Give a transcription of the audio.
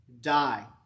die